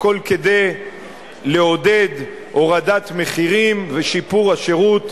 הכול כדי לעודד הורדת מחירים ושיפור השירות,